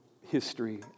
history